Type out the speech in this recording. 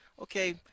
okay